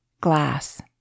glass